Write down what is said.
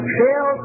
fail